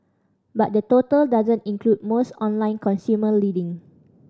but that total doesn't include most online consumer lending